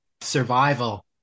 survival